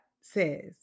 says